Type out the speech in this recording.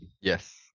Yes